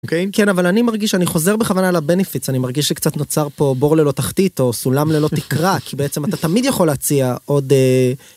כן אבל אני מרגיש שאני חוזר בכוונה על הבנפיטס אני מרגיש שקצת נוצר פה בור ללא תחתית או סולם ללא תקרה כי בעצם אתה תמיד יכול להציע עוד.